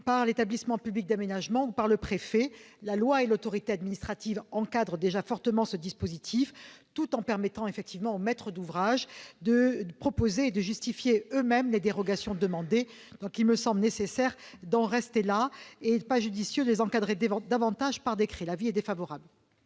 par l'établissement public d'aménagement ou par le préfet. La loi et l'autorité administrative encadrent déjà fortement ce dispositif, tout en permettant aux maîtres d'ouvrage de proposer et de justifier eux-mêmes les dérogations demandées. Il n'est pas judicieux de les encadrer davantage par décret. La commission émet